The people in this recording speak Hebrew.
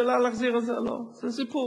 השאלה היא אם להחזיר את זה או לא, זה הסיפור.